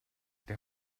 der